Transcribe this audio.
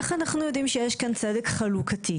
איך אנחנו יודעים שיש כאן צדק חלוקתי,